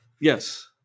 Yes